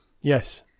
Yes